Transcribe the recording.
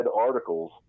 articles